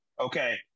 Okay